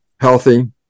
Healthy